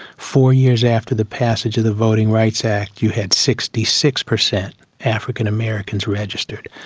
four years after the passage of the voting rights act you had sixty six percent african americans registered.